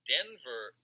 Denver